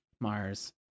mars